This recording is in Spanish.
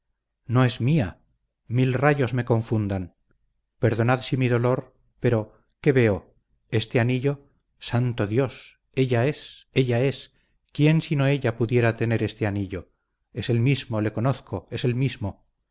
no es mía mil rayos me confundan perdonad si mi dolor pero qué veo este anillo santo dios ella es ella es quién sino ella pudiera tener este anillo es el mismo le conozco es el mismo